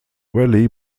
valley